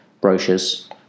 brochures